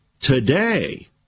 Today